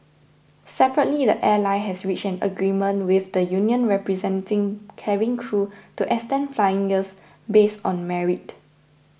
separately the airline has reached an agreement with the union representing cabin crew to extend flying years based on merit